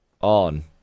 on